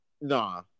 Nah